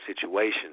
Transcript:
situation